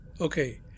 okay